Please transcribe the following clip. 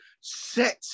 set